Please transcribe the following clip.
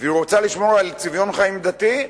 והיא רוצה לשמור על צביון חיים דתי?